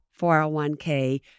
401k